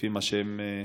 לפי מה שמפורסם.